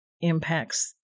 impacts